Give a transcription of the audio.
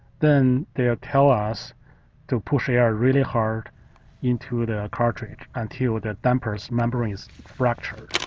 then, they tell us to push air really hard into the cartridge and hear the damper's membrane is fractured.